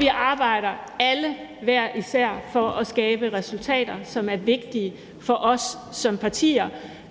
Vi arbejder alle hver især for at skabe resultater, som er vigtige for os som partier